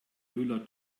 müller